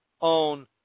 own